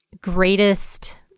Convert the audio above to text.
greatest